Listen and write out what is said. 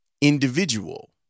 individual